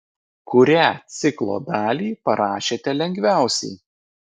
kurią ciklo dalį parašėte lengviausiai